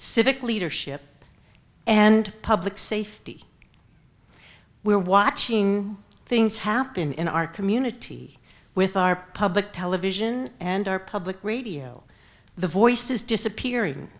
civic leadership and public safety we're watching things happen in our community with our public television and our public radio the voice is disappearing